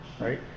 right